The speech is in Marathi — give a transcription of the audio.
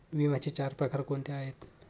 विम्याचे चार प्रकार कोणते आहेत?